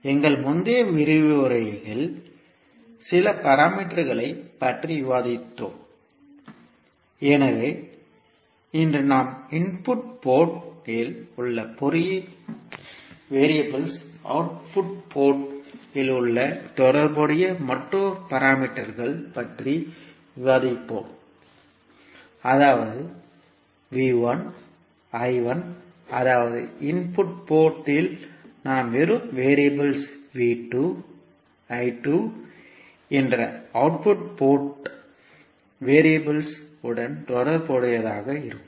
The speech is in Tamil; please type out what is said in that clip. எங்கள் முந்தைய விரிவுரைகளில் சில பாராமீட்டர்களைப் பற்றி விவாதித்தோம் எனவே இன்று நாம் இன்புட் போர்ட் இல் உள்ள வெறியபிள்ஸ் அவுட்புட் போர்ட் இல் உள்ள தொடர்புடைய மற்றொரு பாராமீட்டர்கள் பற்றி விவாதிப்போம் அதாவது அதாவது இன்புட் போர்ட் இல் நாம் பெறும் வெறியபிள்ஸ் என்ற அவுட்புட் போர்ட் வெறியபிள்ஸ் உடன் தொடர்புடையதாக இருக்கும்